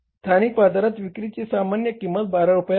स्थानिक बाजारात विक्रीची सामान्य किंमत 12 रुपये आहे